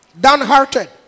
downhearted